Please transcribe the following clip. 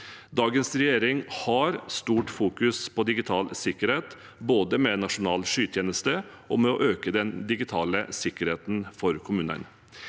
Dagens regjering har et sterkt fokus på digital sikkerhet, både med en nasjonal skytjeneste og med å øke den digitale sikkerheten for kommunene.